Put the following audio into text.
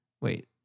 Wait